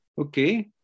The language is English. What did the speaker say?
okay